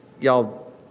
y'all